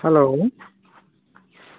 hello